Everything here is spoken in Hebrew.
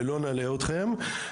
ולא נלאה אתכם.